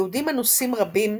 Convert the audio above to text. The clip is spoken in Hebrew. יהודים אנוסים רבים,